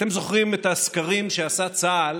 אתם זוכרים את הסקרים שעשה צה"ל